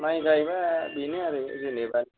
माइ गायबा बेनो आरो जेनेबा